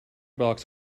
box